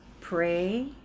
pray